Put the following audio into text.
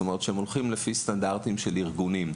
שזה אומר שהן הולכות לפי סטנדרטים של ארגונים,